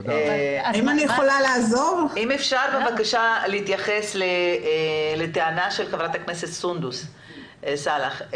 אם אפשר בבקשה להתייחס לטענה של ח"כ סונדוס סאלח.